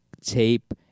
tape